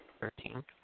thirteen